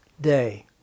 day